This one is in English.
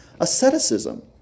asceticism